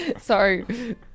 Sorry